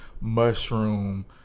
Mushroom